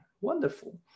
Wonderful